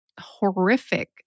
horrific